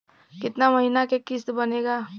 कितना महीना के किस्त बनेगा?